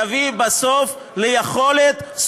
יביא בסוף יכולת,